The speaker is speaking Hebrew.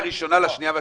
לקריאה השנייה והשלישית.